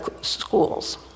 schools